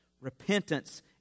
Repentance